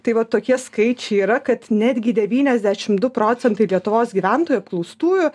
tai va tokie skaičiai yra kad netgi devyniasdešimt du procentai lietuvos gyventojų apklaustųjų